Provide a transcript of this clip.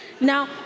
Now